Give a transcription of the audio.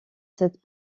cette